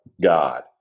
God